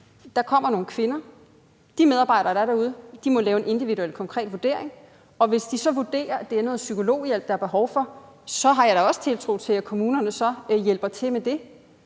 der kommer nogle kvinder, og de medarbejdere, der er derude, må lave en individuel konkret vurdering, og hvis de så vurderer, at det er noget psykologhjælp, der er behov for, så har jeg da også tiltro til, at kommunerne så hjælper til med det.